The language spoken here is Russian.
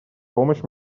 помощь